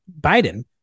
Biden